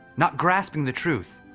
not grasping the truth.